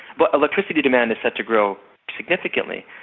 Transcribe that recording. but electricity demand is set to grow significantly,